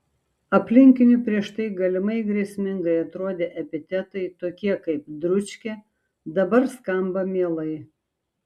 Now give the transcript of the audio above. aplinkinių prieš tai galimai grėsmingai atrodę epitetai tokie kaip dručkė dabar skamba mielai